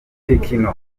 tekno